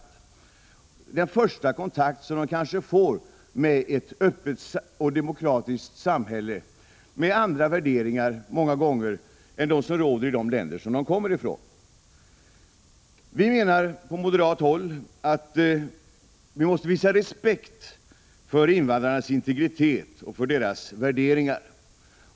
Det är kanske den första kontakten de får med ett öppet och demokratiskt samhälle, många gånger med andra värderingar än dem som råder i de länder som de kommer ifrån. Vi på moderat håll menar att det måste visas respekt för invandrarnas integritet och för deras värderingar.